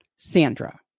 Sandra